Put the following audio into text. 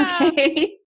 okay